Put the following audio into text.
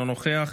אינו נוכח.